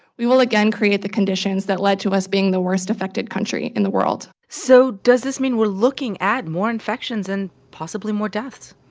we will, again, create the conditions that led to us being the worst-affected country in the world so does this mean we're looking at more infections and possibly more deaths?